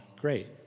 great